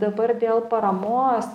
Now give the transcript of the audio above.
dabar dėl paramos